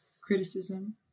criticism